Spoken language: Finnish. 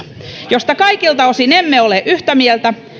josta kaikilta osin emme ole yhtä mieltä